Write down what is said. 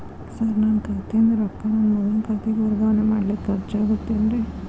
Sir ನನ್ನ ಖಾತೆಯಿಂದ ರೊಕ್ಕ ನನ್ನ ಮಗನ ಖಾತೆಗೆ ವರ್ಗಾವಣೆ ಮಾಡಲಿಕ್ಕೆ ಖರ್ಚ್ ಆಗುತ್ತೇನ್ರಿ?